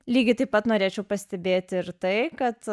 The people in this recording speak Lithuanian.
lygiai taip pat norėčiau pastebėti ir tai kad